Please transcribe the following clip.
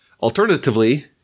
Alternatively